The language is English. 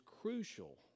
crucial